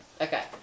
Okay